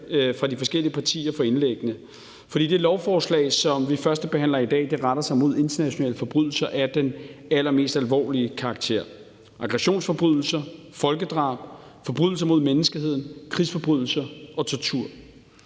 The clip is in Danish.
fra de forskellige partier for indlæggene. Det lovforslag, som vi førstebehandler i dag, retter sig imod internationale forbrydelser af den allermest alvorlige karakter: aggressionsforbrydelser, folkedrab, forbrydelser mod menneskeheden, krigsforbrydelser og tortur.